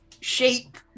shape